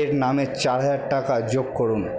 এর নামে চার হাজার টাকা যোগ করুন